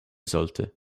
sollte